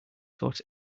got